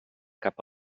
cap